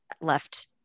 left